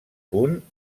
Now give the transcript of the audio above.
punt